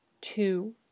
two